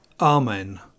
Amen